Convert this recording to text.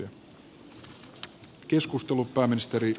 arvoisa herra puhemies